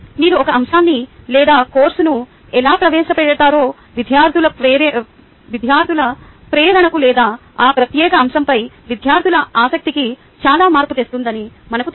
మీరు ఒక అంశాన్ని లేదా కోర్సును ఎలా ప్రవేశపెడతారో విద్యార్థుల ప్రేరణకు లేదా ఆ ప్రత్యేక అంశంపై విద్యార్థుల ఆసక్తికి చాలా మార్పు తెస్తుందని మనకు తెలుసు